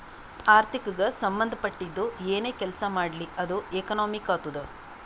ಆರ್ಥಿಕಗ್ ಸಂಭಂದ ಪಟ್ಟಿದ್ದು ಏನೇ ಕೆಲಸಾ ಮಾಡ್ಲಿ ಅದು ಎಕನಾಮಿಕ್ ಆತ್ತುದ್